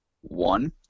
One